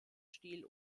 stil